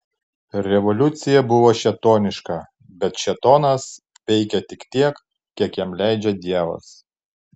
revoliucija buvo šėtoniška bet šėtonas veikia tik tiek kiek jam leidžia dievas